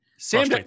Sam